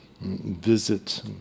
visit